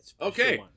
Okay